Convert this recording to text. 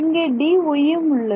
இங்கே Dyயும் உள்ளது